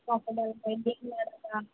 fighting ಮಾಡ್ತಾ